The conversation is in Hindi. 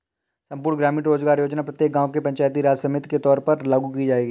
संपूर्ण ग्रामीण रोजगार योजना प्रत्येक गांव के पंचायती राज समिति के तौर पर लागू की जाएगी